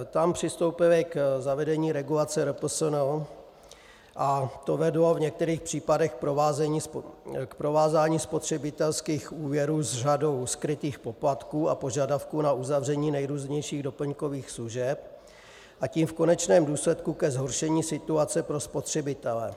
Tam přistoupili k zavedení regulace RPSN a to vedlo v některých případech k provázání spotřebitelských úvěrů s řadou skrytých poplatků a požadavků na uzavření nejrůznějších doplňkových služeb, a tím v konečném důsledku ke zhoršení situace pro spotřebitele.